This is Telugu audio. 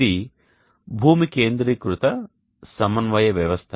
ఇది భూమి కేంద్రీకృత సమన్వయ వ్యవస్థ